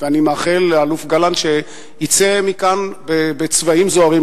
ואני מאחל לאלוף גלנט שיצא מכאן בצבעים זוהרים,